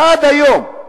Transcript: עד היום,